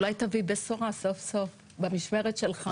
אולי תביא בשורה סוף סוף במשמרת שלך.